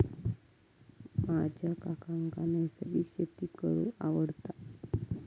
माझ्या काकांका नैसर्गिक शेती करूंक आवडता